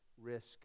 risk